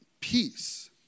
Peace